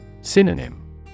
Synonym